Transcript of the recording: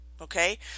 Okay